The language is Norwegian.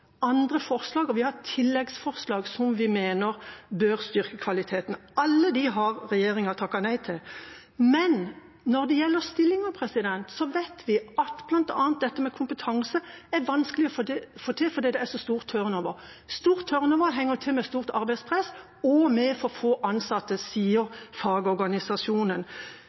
andre forslag, og vi har tilleggsforslag som vi mener bør styrke kvaliteten. Alle de forslagene har regjeringa takket nei til. Når det gjelder stillinger og kompetanse, vet vi bl.a. at det er vanskelig å få til fordi det er så stor turnover. Stor turnover henger sammen med stort arbeidspress og for få ansatte, sier fagorganisasjonen.